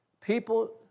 People